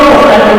לא שמעתי אותך.